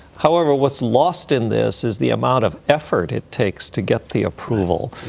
however, what's lost in this is the amount of effort it takes to get the approval.